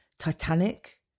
Titanic